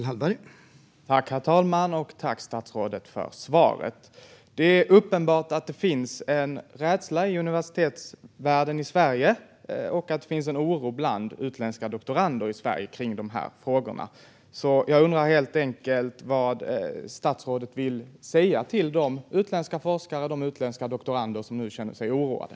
Herr talman! Tack, statsrådet, för svaret! Det är uppenbart att det finns en rädsla i universitetsvärlden i Sverige och att det finns en oro bland utländska doktorander i Sverige kring de här frågorna. Jag undrar helt enkelt vad statsrådet vill säga till de utländska forskare och doktorander som nu känner sig oroade.